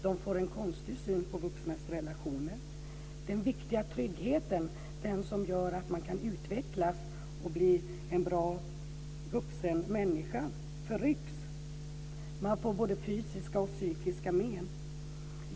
De får en konstig syn på vuxnas relationer. Den viktiga tryggheten, den som gör att man kan utvecklas och bli en bra vuxen människa, förrycks. Man får både fysiska och psykiska men.